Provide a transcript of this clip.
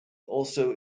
also